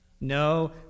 No